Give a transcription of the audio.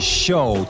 show